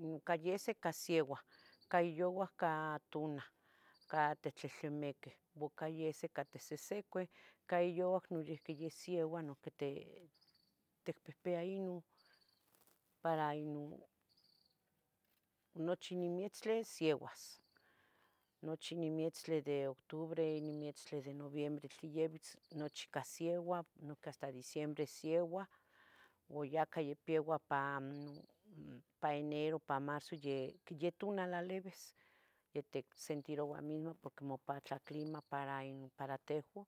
Un cah yeh sicasieuah, ca yuah ca tunah, ca titlehtlimiquih buca yesi ca tisihsicuih ca yayouac noihqui sieua ua noihqui ti, ticpihpiah ino, para ino nochi nin mietztli sieuas, nochi nin mietztli de octubre, nin mietztli de noviembre tle yabitz nochi cah sieua, noiqui hasta diciembre sieuah, ua yacah ya peua pa enero pa marzo, yeh ya tuna lalibis ya ticsentiroua ino porque mopatla clima ino para tehua,